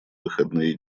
выходные